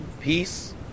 peace